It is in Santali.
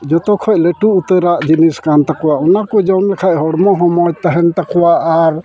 ᱡᱚᱛᱚᱠᱷᱚᱡ ᱞᱟᱹᱴᱩ ᱩᱛᱟᱹᱨᱟᱜ ᱡᱤᱱᱤᱥ ᱠᱟᱱᱛᱟᱠᱚᱣᱟ ᱚᱱᱟ ᱠᱚ ᱡᱚᱢ ᱞᱮᱠᱷᱟᱡ ᱦᱚᱲᱢᱚ ᱦᱚᱸ ᱢᱚᱪ ᱛᱟᱦᱮᱱ ᱛᱟᱠᱚᱣᱟ ᱟᱨ